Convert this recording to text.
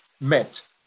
met